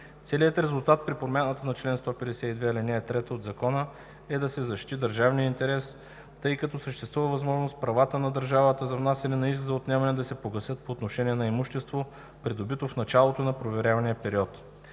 Целеният резултат при промяната на чл. 152, ал. 3 от Закона е да се защити държавният интерес, тъй като съществува възможност правата на държавата за внасяне на иск за отнемане да се погасят по отношение на имущество, придобито в началото на проверявания период.